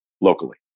locally